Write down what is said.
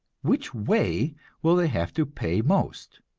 which way will they have to pay most.